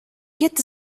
get